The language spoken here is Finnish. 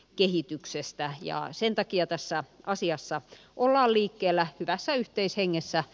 kehityksestä ja sen takia tässä asiassa olla liikkeellä hyvässä yhteishengessä